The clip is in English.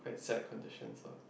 quite sad conditions lah